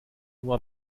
nur